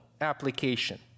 application